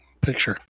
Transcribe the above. picture